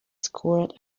scored